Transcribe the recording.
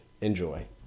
Enjoy